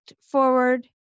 forward